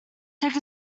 take